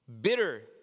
Bitter